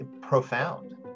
profound